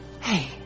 Hey